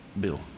Bill